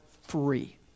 free